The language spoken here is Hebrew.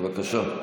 בבקשה.